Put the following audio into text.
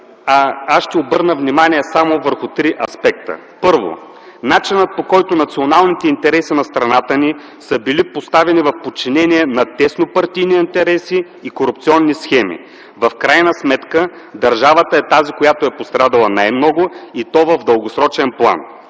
аз ще обърна внимание само върху три аспекта. Първо, начинът, по който националните интереси на страната ни са били поставени в подчинение на тясно партийни интереси и корупционни схеми. В крайна сметка държавата е пострадала най-много, и то в дългосрочен план.